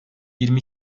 yirmi